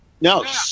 No